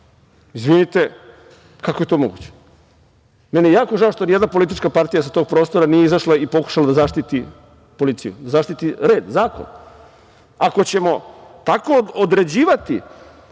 Izvinite, kako je to moguće? Meni je jako žao što ni jedna politička partija sa tog prostora nije izašla i pokušala da zaštiti policiju, da zaštiti red, zakon. Ako ćemo tako određivati